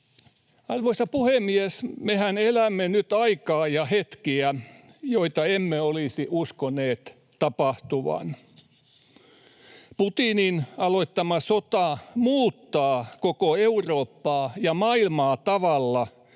Arvoisa puhemies! Mehän elämme nyt aikaa ja hetkiä, joita emme olisi uskoneet tapahtuvan. Putinin aloittama sota muuttaa koko Eurooppaa ja maailmaa tavalla,